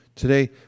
Today